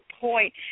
point